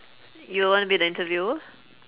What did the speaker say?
you wanna be the interviewer